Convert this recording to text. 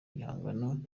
bihangano